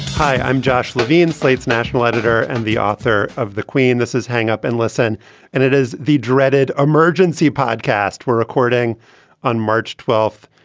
hi, i'm josh levine, slate's national editor and the author of the queen, this is hang up and listen and it is the dreaded emergency podcast we're recording on march twelfth,